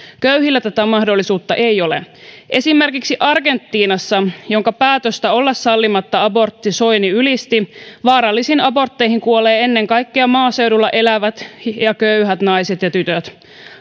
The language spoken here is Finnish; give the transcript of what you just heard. köyhillä tätä mahdollisuutta ei ole esimerkiksi argentiinassa jonka päätöstä olla sallimatta abortti soini ylisti vaarallisiin abortteihin kuolee ennen kaikkea maaseudulla elävät ja köyhät naiset ja tytöt